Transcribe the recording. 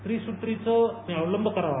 त्रिसुत्रीचा अवलंब करावा